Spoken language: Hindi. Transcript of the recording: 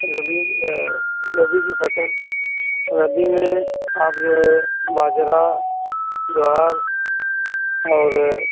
रबी रबी की फसल रबी में आप जो है बाजरा ज्वार और